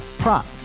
prop